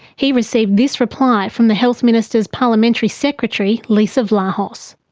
he received this reply from the health minister's parliamentary secretary leesa vlahos.